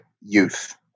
youth